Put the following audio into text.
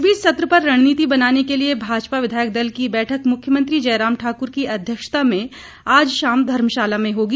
इस बीच सत्र पर रणनीति बनाने के लिए भाजपा विधायक दल की बैठक मुख्यमंत्री जयराम ठाकुर की अध्यक्षता में आज शाम धर्मशाला में होगी